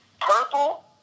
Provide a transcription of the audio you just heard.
purple